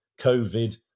COVID